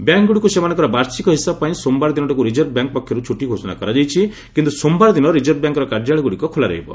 ବ୍ୟାଙ୍କ୍ଗୁଡ଼ିକୁ ସେମାନଙ୍କର ବାର୍ଷିକ ହିସାବ ପାଇଁ ସୋମବାର ଦିନଟିକୁ ରିଜର୍ଭ ବ୍ୟାଙ୍କ୍ ପକ୍ଷରୁ ଛୁଟି ଘୋଷଣା କରାଯାଇଛି କିନ୍ତୁ ସୋମବାର ଦିନ ରିଜର୍ଭ ବ୍ୟାଙ୍କ୍ର କାର୍ଯ୍ୟାଳୟଗୁଡ଼ିକ ଖୋଲା ରହିବ